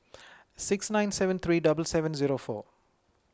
six nine seven three double seven zero four